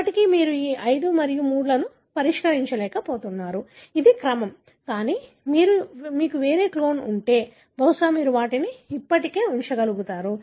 ఇప్పటికీ మీరు ఈ 5 మరియు 3 లను పరిష్కరించ లేకపోతున్నారు ఇది క్రమం కానీ మీకు వేరే క్లోన్ ఉంటే బహుశా మీరు వాటిని ఇప్పటికీ ఉంచగలుగుతారు